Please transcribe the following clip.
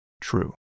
true